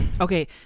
okay